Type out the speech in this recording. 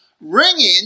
ringing